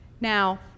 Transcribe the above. Now